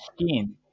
skin